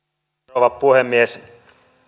rouva puhemies